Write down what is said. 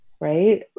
right